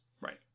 Right